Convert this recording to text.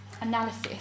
analysis